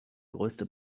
größte